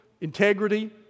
Integrity